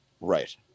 right